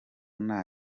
nta